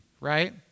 right